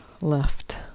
left